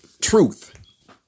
Truth